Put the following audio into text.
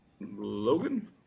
Logan